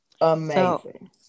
amazing